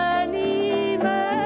anima